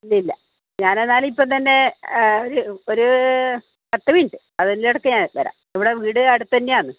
ഇല്ലില്ല ഞാനേതായാലും ഇപ്പം തന്നെ ഒരു ഒരു പത്തു മിനിറ്റ് അതിൻ്റെ ഇടക്ക് ഞാൻ വരാം ഇവിടെ വീട് അടുത്തുതന്നെയാണ്